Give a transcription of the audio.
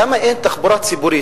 למה אין תחבורה ציבורית?